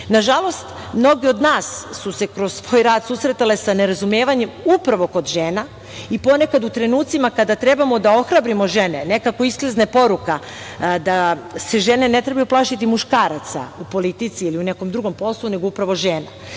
njima. Nažalost, mnogi od nas su se kroz svoj rad susretale sa nerazumevanjem upravo kod žena i ponekad u trenucima kada trebamo da ohrabrimo žene nekako isklizne poruka da se žene ne trebaju plašiti muškaraca u politici ili u nekom drugom poslu, nego upravo žena.